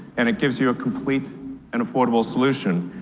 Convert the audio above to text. and it gives you a complete and affordable solution,